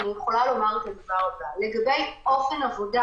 אני יכולה לומר את הדבר הבא: לגבי אופן עבודה